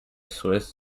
swiss